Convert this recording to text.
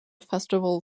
festival